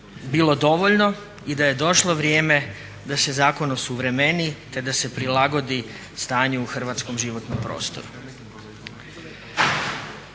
bilo dovoljno i da je došlo vrijeme da se zakon osuvremeni te da se prilagodi stanju u hrvatskom životnom prostoru.